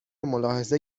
ملاحظه